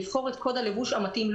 לבחור את קוד הלבוש המתאים לו,